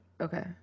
okay